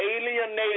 alienated